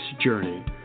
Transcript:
journey